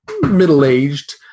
middle-aged